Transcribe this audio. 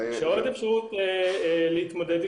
עוד אפשרות להתמודד עם